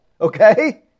Okay